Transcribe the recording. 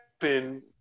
happen